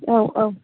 औ औ